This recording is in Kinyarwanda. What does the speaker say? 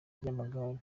ry’amagare